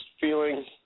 feeling